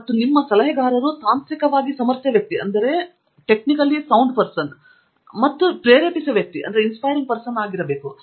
ಮತ್ತೆ ನಿಮ್ಮ ಸಲಹೆಗಾರನು ತಾಂತ್ರಿಕವಾಗಿ ಸಮರ್ಥ ವ್ಯಕ್ತಿಯಂತೆ ಮತ್ತು ವ್ಯಕ್ತಿಯಂತೆ ಪ್ರೇರೇಪಿಸುವನು ಎಂದು ಕೂಡಾ ಹೇಳಬಹುದು